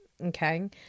okay